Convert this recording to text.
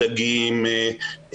דגים,